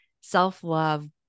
self-love